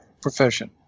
profession